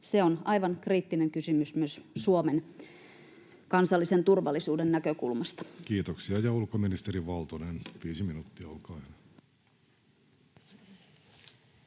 Se on aivan kriittinen kysymys myös Suomen kansallisen turvallisuuden näkökulmasta. Kiitoksia. — Ja ulkoministeri Valtonen, viisi minuuttia,